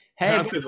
Hey